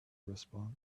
response